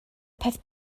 peth